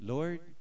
Lord